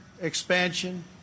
expansion